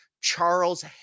Charles